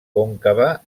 còncava